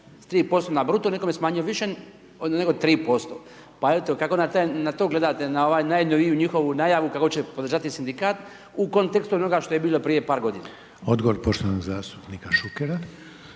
3% na bruto, nekome smanjio više nego 3%. Pa eto kako na to gledate, na jednu njihovu najavu, kako će podržati sindikat u kontekstu onoga što je bilo prije g. **Reiner, Željko (HDZ)** Odgovor poštovanog zastupnika Šukera.